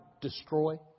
destroy